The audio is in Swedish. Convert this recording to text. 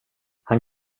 han